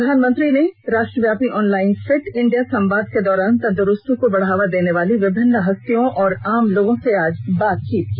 प्रधानमंत्री ने राष्ट्रव्यापी ऑनलाईन फिट इंडिया संवाद के दौरान तंदरूस्ती को बढ़ावा देने वाले विभिन्न हस्तियों और आम लोगों से आज बातचीत की